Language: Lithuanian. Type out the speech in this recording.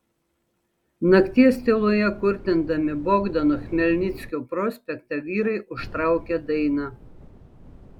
nakties tyloje kurtindami bogdano chmelnickio prospektą vyrai užtraukė dainą